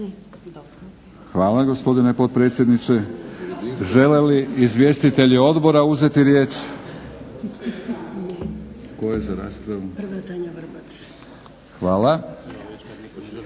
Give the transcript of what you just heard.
Hvala gospodine potpredsjedniče. Žele li izvjestitelji odbora uzeti riječ? Hvala.